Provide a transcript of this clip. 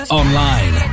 online